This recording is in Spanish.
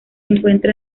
encuentra